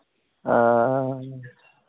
ᱟᱨ